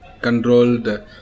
controlled